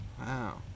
Wow